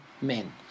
men